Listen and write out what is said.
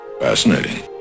fascinating